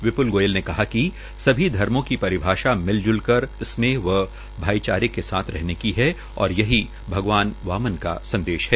विप्ल ने कहा कि सभी धर्मो की परिभाषा मिलजुलकर स्नेह एवं भाईचारे के साथ रहना है और यही भगवान वामन का संदेश है